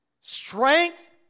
strength